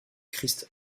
christ